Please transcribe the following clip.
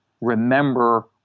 remember